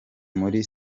muri